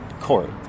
court